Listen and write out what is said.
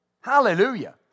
Hallelujah